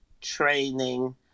training